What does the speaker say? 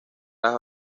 las